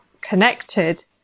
connected